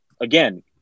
again –